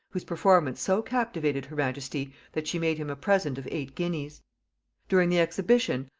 whose performance so captivated her majesty, that she made him a present of eight guineas during the exhibition,